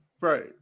Right